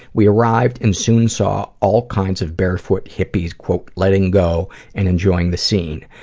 we arrived and soon saw all kinds of barefoot hippies' quote letting go and enjoying the scene.